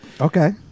Okay